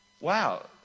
wow